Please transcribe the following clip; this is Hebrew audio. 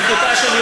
חבר הכנסת לפיד,